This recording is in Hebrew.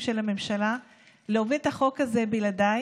של הממשלה להוביל את החוק הזה בלעדיי.